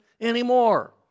anymore